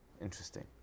Interesting